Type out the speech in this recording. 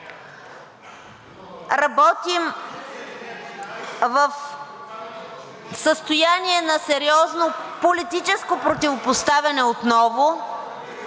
Работим в състояние на сериозно политическо противопоставяне отново.